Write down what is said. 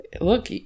Look